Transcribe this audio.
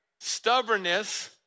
Stubbornness